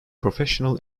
professional